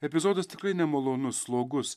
epizodas tikrai nemalonus slogus